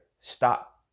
stop